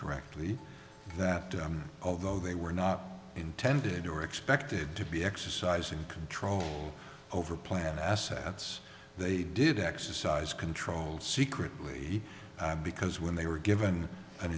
correctly that although they were not intended or expected to be exercising control over planned assets they did exercise control secretly because when they were given an